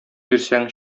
бирсәң